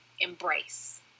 embrace